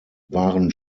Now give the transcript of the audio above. waren